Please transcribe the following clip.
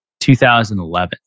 2011